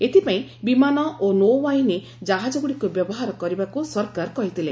ଏଥିପାଇଁ ବିମାନ ଓ ନୌବାହିନୀ ଜାହାଜଗୁଡ଼ିକୁ ବ୍ୟବାହର କରିବାକୁ ସରକାର କହିଥିଲେ